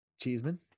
Cheeseman